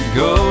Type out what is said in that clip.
go